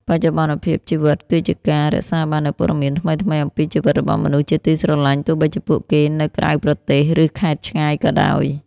បច្ចុប្បន្នភាពជីវិតគឺជាការ រក្សាបាននូវព័ត៌មានថ្មីៗអំពីជីវិតរបស់មនុស្សជាទីស្រឡាញ់ ទោះបីជាពួកគេនៅក្រៅប្រទេស ឬខេត្តឆ្ងាយក៏ដោយ។